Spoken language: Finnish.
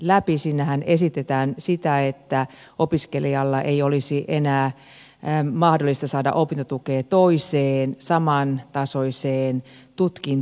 siinähän esitetään sitä että opiskelijalle ei olisi enää mahdollista saada opintotukea toiseen samantasoiseen tutkintoon